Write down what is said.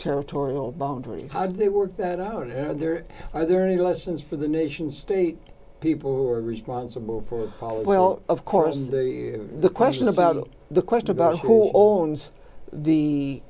territorial boundaries how they work that out and there are there any lessons for the nation state people who are responsible for well of course the question about the question about who owns the